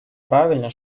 правильно